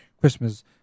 Christmas